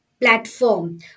platform